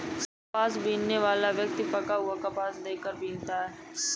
कपास बीनने वाला व्यक्ति पका हुआ कपास देख कर बीनता है